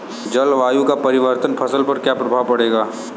जलवायु परिवर्तन का फसल पर क्या प्रभाव पड़ेगा?